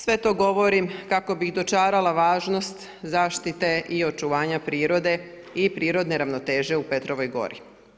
Sve to govorim kako bih dočarala važnost zaštite i očuvanja prirode i prirodne ravnoteže u Petrovoj gori.